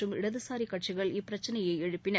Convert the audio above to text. மற்றும் இடதுசாரி கட்சிகள் இப்பிரச்சினையை எழுப்பின